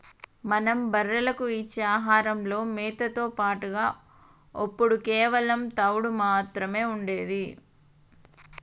మనం బర్రెలకు ఇచ్చే ఆహారంలో మేతతో పాటుగా ఒప్పుడు కేవలం తవుడు మాత్రమే ఉండేది